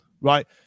Right